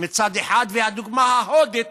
מצד אחד והדוגמה ההודית